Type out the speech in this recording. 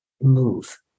move